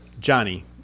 Johnny